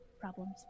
problems